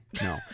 No